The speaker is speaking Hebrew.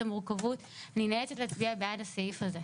המורכבות אני נאלצת להצביע בעד הסעיף הזה.